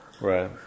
Right